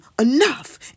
enough